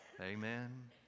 Amen